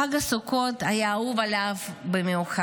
חג הסוכות היה חג אהוב עליו במיוחד.